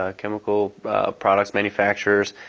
ah chemical products manufactures